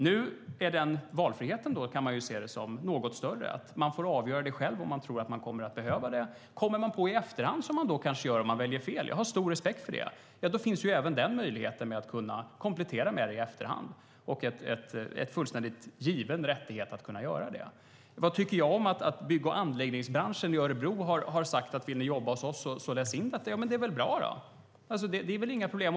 Nu kan man se det som att denna valfrihet är något större. Man får själv avgöra om man tror att man kommer att behöva detta. Om man i efterhand kommer på att man behöver det, om man har valt fel, vilket jag har stor respekt för, finns även möjlighet att komplettera i efterhand. Det är en fullständigt given rättighet att man ska kunna göra det. Jag fick frågan vad jag tycker om att bygg och anläggningsbranschen i Örebro har sagt att om man vill jobba där ska man läsa in detta. Det är väl bra. Det är inga problem.